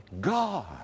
God